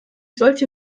solche